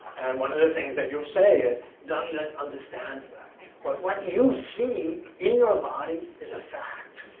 and one of the things that you'll say is, dandin understands that. but what you see in your body is a fact.